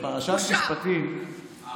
פרשת משפטים,